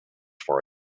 for